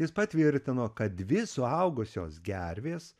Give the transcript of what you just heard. jis patvirtino kad dvi suaugusios gervės